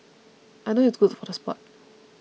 I know it's good for the sport